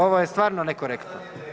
Ovo je stvarno nekorektno.